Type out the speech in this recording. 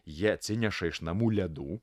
jie atsineša iš namų ledų